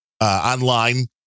online